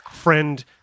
friend